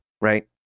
right